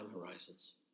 horizons